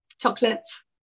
Chocolates